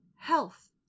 health